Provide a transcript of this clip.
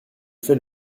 fais